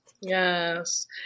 Yes